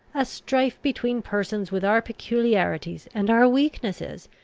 a strife between persons with our peculiarities and our weaknesses,